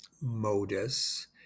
modus